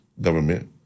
government